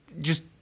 just-